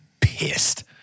pissed